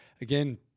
again